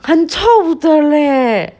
很臭的咧